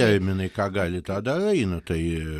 terminai ką gali tą darai nu tai